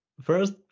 First